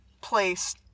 place